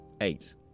Eight